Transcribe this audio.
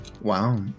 Wow